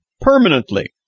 permanently